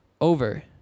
over